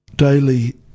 Daily